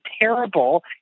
terrible